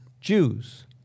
Jews